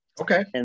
Okay